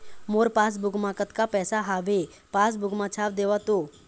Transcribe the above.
मोर passbook मा कतका पैसा हवे पासबुक मा छाप देव तो?